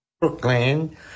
Brooklyn